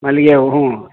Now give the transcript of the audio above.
ಮಲ್ಲಿಗೆ ಹೂವು